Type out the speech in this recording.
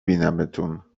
بینمتون